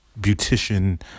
beautician